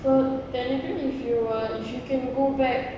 so technically if you were if you can go back